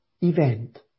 event